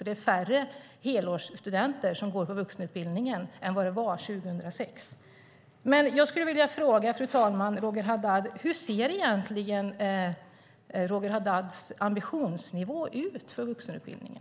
Det är alltså färre helårsstudenter som går på vuxenutbildningen än det var 2006. Hur ser egentligen Roger Haddads ambitionsnivå ut när det gäller vuxenutbildningen?